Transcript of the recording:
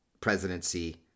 presidency